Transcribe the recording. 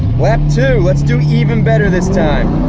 lap two, let's do even better this time.